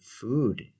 food